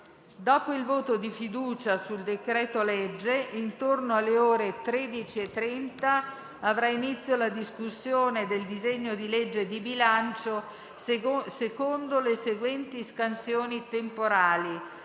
Dopo il voto di fiducia sul decreto-legge, intorno alle ore 13,30 avrà inizio la discussione del disegno di legge di bilancio, secondo le seguenti scansioni temporali.